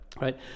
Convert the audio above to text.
Right